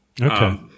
Okay